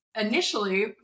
initially